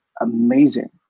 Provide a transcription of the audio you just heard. amazing